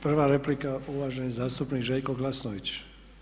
Prva replika uvaženi zastupnik Željko Glasnović.